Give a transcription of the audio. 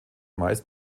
meist